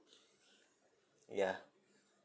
yeah